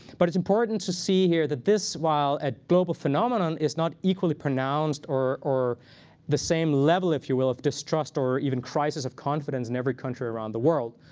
but it's important to see here that this, while a global phenomenon, is not equally pronounced or or the same level, if you will, of distrust or even crisis of confidence in every country around the world.